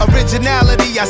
Originality